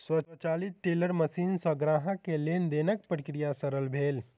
स्वचालित teller machine सॅ ग्राहक के लेन देनक प्रक्रिया सरल भेल